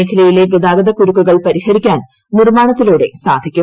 മേഖലയിലെ ഗതാഗതകുരുക്കുകൾ പരിഹരിക്കാൻ നിർമ്മാണത്തിലൂടെ സാധിക്കും